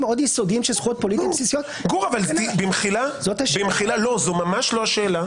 --- גור, במחילה, לא, זו לא השאלה.